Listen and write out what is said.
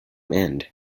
end